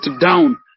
down